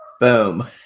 Boom